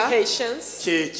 patience